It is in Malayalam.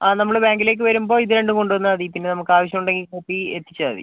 ആ നമ്മൾ ബാങ്കിലേക്ക് വരുമ്പം ഇത് രണ്ടും കൊണ്ട് വന്നാൽ മതി പിന്നെ നമുക്ക് ആവശ്യം ഉണ്ടെങ്കിൽ കോപ്പി എത്തിച്ചാൽ മതി